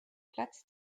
platz